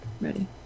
Ready